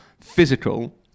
physical